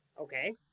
Okay